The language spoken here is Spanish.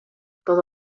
todo